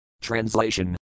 Translation